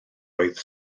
oedd